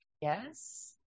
Yes